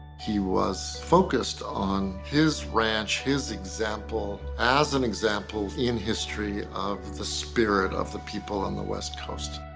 he was focused on his ranch, his example as an example in history of the spirit of the people on the west coast,